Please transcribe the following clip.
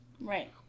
right